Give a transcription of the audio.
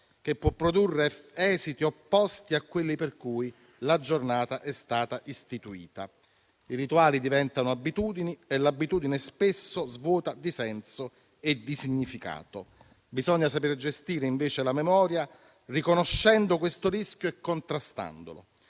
che può produrre esiti opposti a quelli per cui la giornata è stata istituita. I rituali diventano abitudini e l'abitudine spesso svuota di senso e di significato. Bisogna saper gestire invece la memoria, riconoscendo questo rischio e contrastandolo.